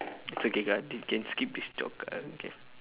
it's okay ka this can skip this joke uh okay